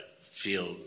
feel